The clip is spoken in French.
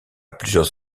plusieurs